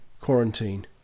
quarantine